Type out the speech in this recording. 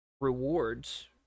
rewards